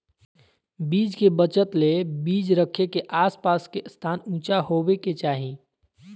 बीज के बचत ले बीज रखे के आस पास के स्थान ऊंचा होबे के चाही